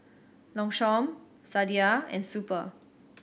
Longchamp Sadia and Super